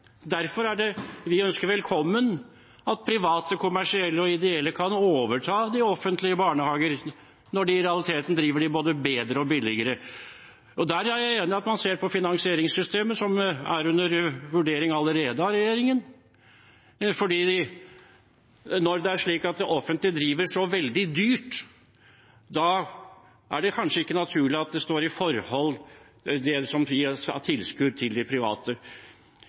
Derfor ønsker vi velkommen at private, kommersielle og ideelle kan overta de offentlige barnehagene når de i realiteten driver dem både bedre og billigere. Og jeg er enig i at man ser på finansieringssystemet, som allerede er under vurdering av regjeringen, for når det er slik at det offentlige driver så veldig dyrt, er det kanskje ikke naturlig at det som gis av tilskudd til de private, står i forhold til det.